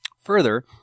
Further